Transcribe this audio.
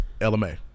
LMA